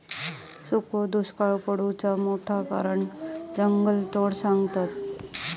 सुखो दुष्काक पडुचा मोठा कारण जंगलतोड सांगतत